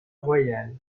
royale